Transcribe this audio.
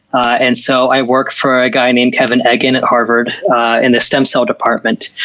and so i work for a guy named kevin eggan at harvard in the stem cell department.